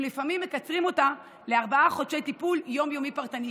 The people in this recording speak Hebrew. ולפעמים מקצרים אותה לארבעה חודשי טיפול יום-יומי פרטני.